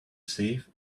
safe